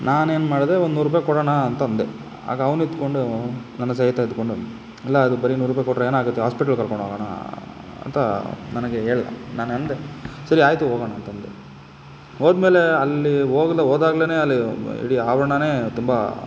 ನಾನು ಏನು ಮಾಡಿದೆ ಒಂದು ನೂರು ರೂಪಾಯಿ ಕೊಡೋಣ ಅಂತ ಅಂದೆ ಆಗ ಅವ್ನು ಇದ್ದುಕೊಂಡು ನನ್ನ ಸೇಹಿತ ಇದ್ದುಕೊಂಡು ಅಲ್ಲ ಅದು ಬರೇ ನೂರು ರೂಪಾಯಿ ಕೊಟ್ಟರೆ ಏನಾಗುತ್ತೆ ಹಾಸ್ಪೆಟ್ಲ್ಗೆ ಕರ್ಕೊಂಡೋಗೋಣ ಅಂತ ನನಗೆ ಹೇಳ್ದ ನಾನು ಅಂದೆ ಸರಿ ಆಯಿತು ಹೋಗೋಣ ಅಂತಂದೆ ಹೋದ ಮೇಲೆ ಅಲ್ಲಿ ಹೋಗ್ಲ್ ಹೋದಾಗ್ಲೆನೇ ಅಲ್ಲಿ ಮ ಇಡೀ ಆವರ್ಣವೇ ತುಂಬ